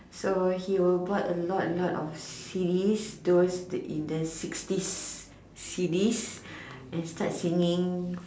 so he will bought lot a lot of C Ds those back in the sixties C Ds and start singing